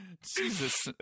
Jesus